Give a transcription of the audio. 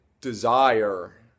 desire